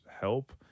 help